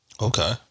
Okay